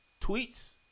tweets